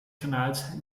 kanals